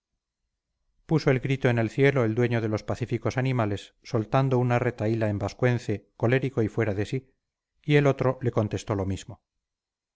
puso el grito en el cielo el dueño de los pacíficos animales soltando una retahíla en vascuence colérico y fuera de sí y el otro le contestó lo mismo